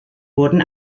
wurden